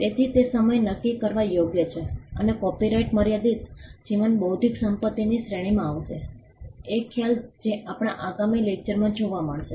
તેથી તે સમય નક્કી કરવા યોગ્ય છે અને કોપિરાઇટ મર્યાદિત જીવન બૌદ્ધિક સંપત્તિની શ્રેણીમાં આવશે એક ખ્યાલ જે આપણા આગામી લેકચરમાં જોવા મળશે